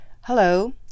hello